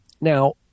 Now